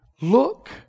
Look